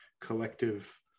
collective